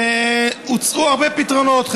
הוצעו הרבה פתרונות,